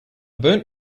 burnt